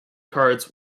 cards